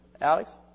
Alex